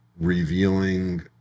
revealing